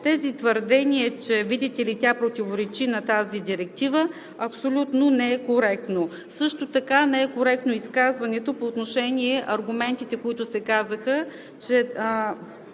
тези твърдения, видите ли, тя противоречи на тази директива, абсолютно не са коректни. Също така не е коректно и изказването по отношение на аргументите, които се изказаха, че